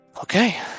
Okay